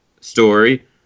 story